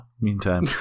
meantime